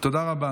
תודה רבה.